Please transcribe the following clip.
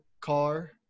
car